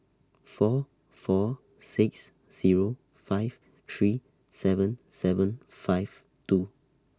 four four six Zero five three seven seven five two